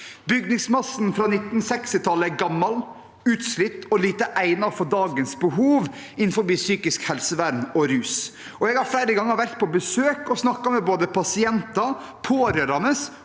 Bygningsmassen fra 1960-tallet er gammel, utslitt og lite egnet for dagens behov innenfor psykisk helsevern og rus. Jeg har flere ganger vært på besøk og snakket med både pasienter, pårørende